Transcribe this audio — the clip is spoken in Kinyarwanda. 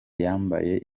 yambaye